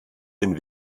den